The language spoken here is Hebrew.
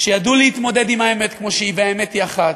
שידעו להתמודד עם האמת כמו שהיא, והאמת היא אחת: